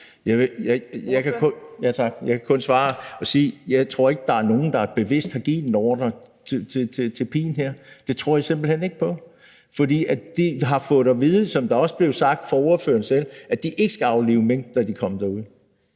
Jeg kan kun svare ved at sige: Jeg tror ikke på, at der er nogen, der har givet en bevidst ordre til pigen her. Det tror jeg simpelt hen ikke på. For de har fået at vide, som det også blev sagt af ordføreren selv, at de ikke skulle aflive mink, når de kom derud.